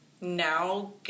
now